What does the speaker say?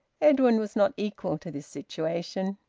edwin was not equal to this situation.